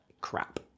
crap